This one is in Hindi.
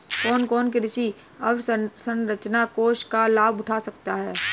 कौन कौन कृषि अवसरंचना कोष का लाभ उठा सकता है?